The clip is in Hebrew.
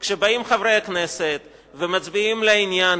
כשבאים חברי הכנסת ומצביעים לעניין,